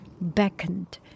beckoned